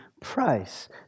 price